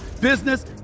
business